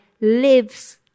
lives